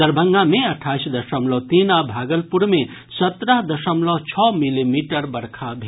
दरभंगा मे अठाईस दशमलव तीन आ भागलपुर मे सत्रह दशमलव छओ मिलीमीटर बरखा भेल